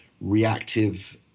reactive